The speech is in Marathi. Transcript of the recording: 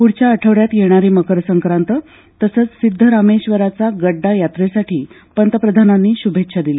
पुढच्या आठवड्यात येणार मकरसंक्रांत तसंच सिद्धरामेश्वराच्या गड्डा यात्रेसाठी पंतप्रधानांनी शुभेच्छा दिल्या